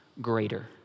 greater